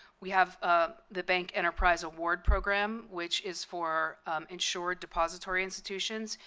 we have ah the bank enterprise award program which is for insured depository institutions.